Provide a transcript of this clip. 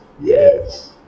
Yes